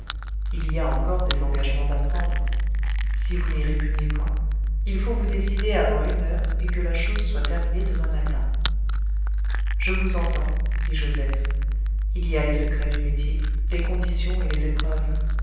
il y a encore des engagements à prendre si vous n'y répugnez point il faut vous décider avant une heure et que la chose soit terminée demain matin je vous entends dit joseph il y a les secrets du métier les conditions et les épreuves